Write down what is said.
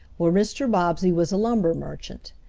where mr. bobbsey was a lumber merchant.